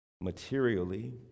materially